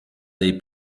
dei